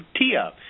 Tia